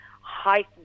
heightened